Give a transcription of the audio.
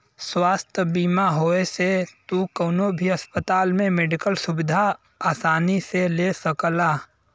स्वास्थ्य बीमा होये से तू कउनो भी अस्पताल में मेडिकल सुविधा आसानी से ले सकला